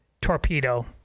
torpedo